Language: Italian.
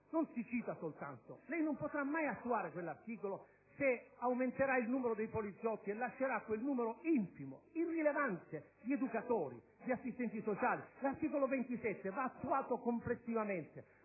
non ci cita soltanto. Non potrà mai attuare quell'articolo se aumenterà il numero dei poliziotti e lascerà quel numero infimo ed irrilevante di educatori, di assistenti sociali. L'articolo 27 va attuato complessivamente.